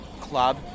club